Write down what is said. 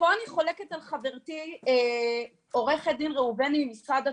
ופה אני חולקת על חברתי עו"ד ראובני ממשרד התחבורה.